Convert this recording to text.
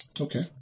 Okay